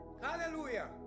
hallelujah